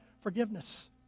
forgiveness